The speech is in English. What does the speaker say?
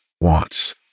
wants